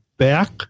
back